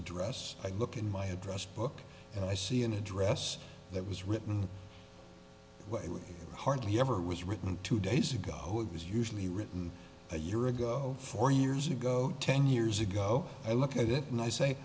address i look in my address book and i see an address that was written hardly ever was written two days ago it was usually written a year ago four years ago ten years ago i look at it and i say